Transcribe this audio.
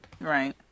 Right